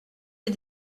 des